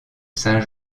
saint